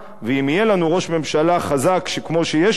ואם יהיה לנו ראש ממשלה חזק כמו שיש לנו,